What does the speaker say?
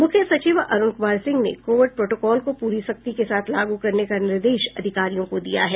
मुख्य सचिव अरूण कुमार सिंह ने कोविड प्रोटोकॉल को पूरी सख्ती के साथ लागू करने का निर्देश अधिकारियों को दिया गया है